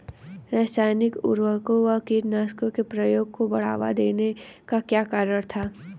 रासायनिक उर्वरकों व कीटनाशकों के प्रयोग को बढ़ावा देने का क्या कारण था?